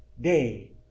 day